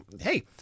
Hey